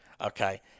Okay